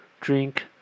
drink